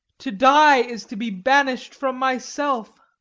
to die is to be banish'd from myself,